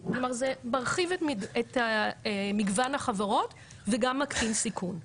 כלומר, זה מרחיב את מגוון החברות וגם מקטין סיכון.